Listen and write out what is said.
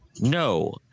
No